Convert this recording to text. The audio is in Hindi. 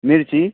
मिर्ची